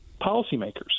policymakers